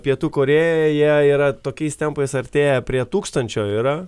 pietų korėjoje jie yra tokiais tempais artėja prie tūkstančio yra